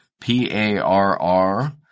P-A-R-R